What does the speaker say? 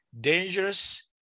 dangerous